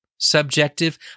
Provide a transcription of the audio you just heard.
Subjective